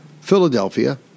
Philadelphia